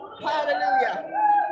Hallelujah